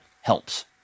helps